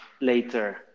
later